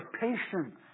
patience